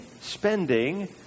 spending